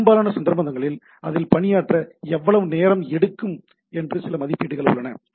பெரும்பாலான சந்தர்ப்பங்களில் அதில் பணியாற்ற எவ்வளவு நேரம் எடுக்கும் என்று சில மதிப்பீடுகள் உள்ளன